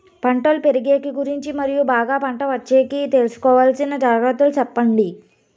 పంటలు పెరిగేకి గురించి మరియు బాగా పంట వచ్చేకి తీసుకోవాల్సిన జాగ్రత్త లు సెప్పండి?